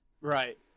right